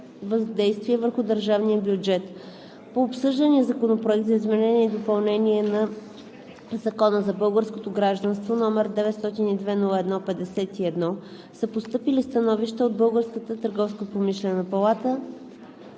въздействие на държавния бюджет. По обсъждания Законопроект за изменение и допълнение на Закона за българското гражданство, № 902-01-51, са постъпили становища от Българската търговско-промишлена палата